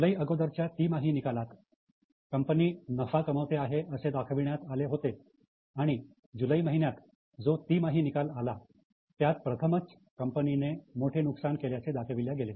जुलै अगोदरच्या तिमाही निकालात कंपनी नफा कमावते आहे असे दाखविण्यात आले होते आणि जुलै महिन्यात जो तिमाही निकाल आला त्यात प्रथमच कंपनीने मोठे नुकसान केल्याचे दाखवले होते